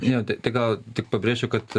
žinote tai gal tik pabrėšiu kad